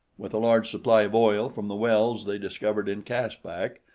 with a large supply of oil from the wells they discovered in caspak,